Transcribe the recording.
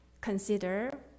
Consider